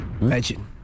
Legend